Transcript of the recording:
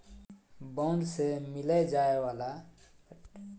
bond से मिलय वाला रिटर्न के यील्ड कहल जा हइ